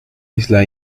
isla